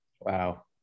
Wow